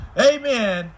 Amen